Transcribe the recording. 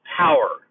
power